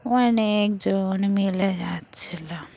অনেকজন মিলে যাচ্ছিল